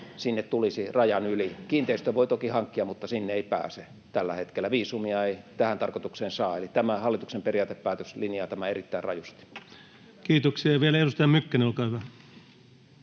sinne tulisi rajan yli. Kiinteistön voi toki hankkia, mutta sinne ei pääse tällä hetkellä, viisumia ei tähän tarkoitukseen saa, eli tämä hallituksen periaatepäätös linjaa tämän erittäin rajusti. Kiitoksia. — Ja vielä edustaja Mykkänen, olkaa hyvä.